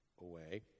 away